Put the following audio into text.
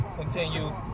continue